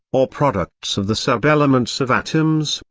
or products of the sub elements of atoms,